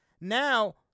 now